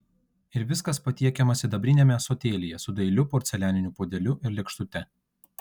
ir viskas patiekiama sidabriniame ąsotėlyje su dailiu porcelianiniu puodeliu ir lėkštute